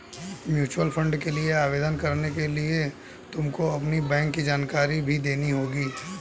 mutual fund के लिए आवेदन करने के लिए तुमको अपनी बैंक की जानकारी भी देनी होगी